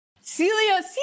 Celia